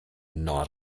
not